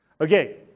Okay